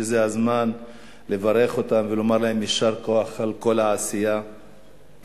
וזה הזמן לברך אותם ולומר להם יישר כוח על כל העשייה שלהם.